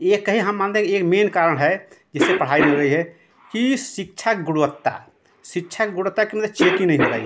एक ही हम मानते हैं कि एक मेन कारण है जिससे पढ़ाई नही हो रही है कि शिक्षा की गुणवत्ता शिक्षा की गुणवत्ता कि मतलब चेकिन नही हो रही है